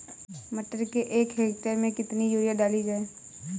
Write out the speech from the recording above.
मटर के एक हेक्टेयर में कितनी यूरिया डाली जाए?